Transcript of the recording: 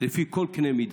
לפי כל קנה מידה.